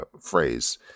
phrase